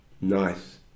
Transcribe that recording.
Nice